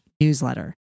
newsletter